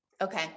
Okay